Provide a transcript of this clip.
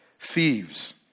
thieves